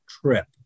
trip